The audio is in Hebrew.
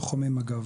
לוחמי מג"ב.